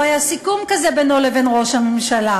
היה סיכום כזה בינו לבין ראש הממשלה.